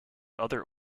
other